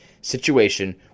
situation